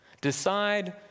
decide